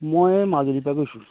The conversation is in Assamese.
মই মাজুলীৰ পৰা কৈছোঁ